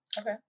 Okay